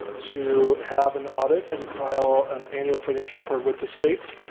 to have an audit and file an annual financial report with the state.